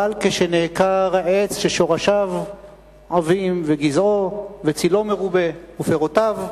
אבל כשנעקר עץ ששורשיו עבים וגזעו וצלו מרובה ופירותיו יפים,